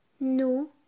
nous